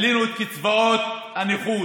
העלינו את קצבאות הנכות.